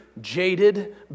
jaded